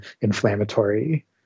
inflammatory